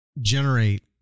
generate